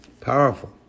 Powerful